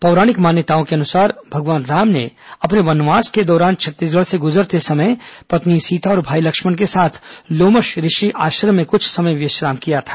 पौराणिक मान्यताओं के अनुसार भगवान राम ने अपने वनवास के दौरान छत्तीसगढ़ से गुजरते समय पत्नी सीता और भाई लक्ष्मण के साथ लोमश ऋषि आश्रम में कुछ समय विश्राम किया था